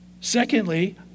Secondly